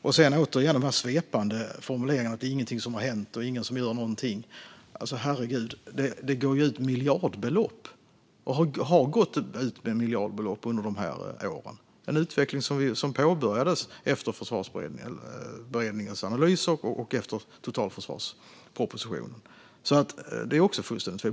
Återigen när det gäller dessa svepande formuleringar om att ingenting har hänt och att ingen gör någonting: Herregud, det går ju ut miljardbelopp och har gått ut miljardbelopp under dessa år. Det är en utveckling som påbörjades efter Försvarsberedningens analyser och efter totalförsvarspropositionen. Detta är alltså fullständigt fel.